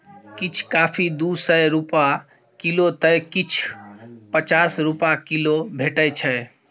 किछ कॉफी दु सय रुपा किलौ तए किछ पचास रुपा किलो भेटै छै